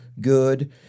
good